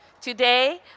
Today